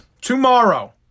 Tomorrow